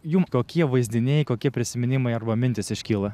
jum kokie vaizdiniai kokie prisiminimai arba mintys iškyla